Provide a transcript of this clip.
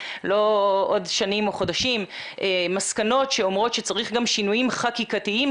לא עוד שנים או חודשים שאומרות שצריך גם שינויים חקיקתיים,